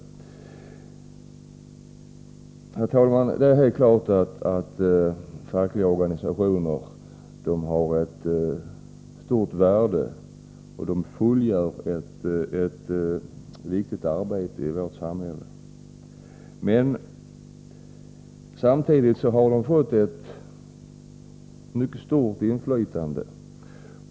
Herr talman! Det är helt klart att fackliga organisationer har ett stort värde. De fullgör ett viktigt arbete i vårt samhälle. Men samtidigt har de fått ett mycket stort inflytande.